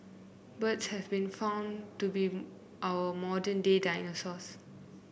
birds have been found to be our modern day dinosaurs